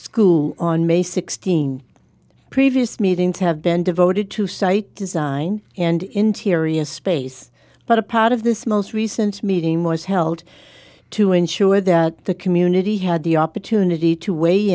school on may sixteen previous meetings have been devoted to site design and interior space but a part of this most recent meeting was held to ensure that the community had the opportunity to weigh